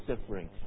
suffering